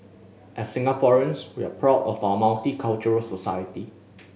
as Singaporeans we're proud of our multicultural society